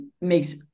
makes